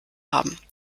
haben